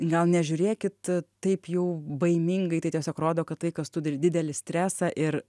gal nežiūrėkit taip jau baimingai tai tiesiog rodo kad tai kas turi didelį stresą ir